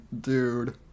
dude